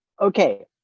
okay